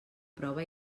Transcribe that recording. prova